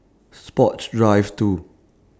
Sports Drive two